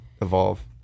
evolve